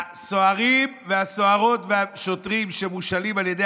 שהסוהרים והסוהרות והשוטרים שמושאלים על ידי